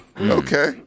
Okay